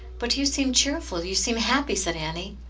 but you seem cheerful, you seem happy, said annie.